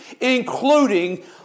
including